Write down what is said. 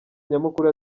nyamukuru